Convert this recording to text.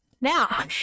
Now